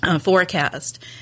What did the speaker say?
forecast